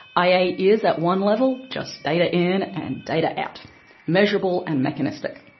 ai is, at one level, just data in, and data out measurable and mechanistic.